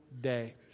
day